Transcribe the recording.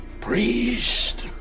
Priest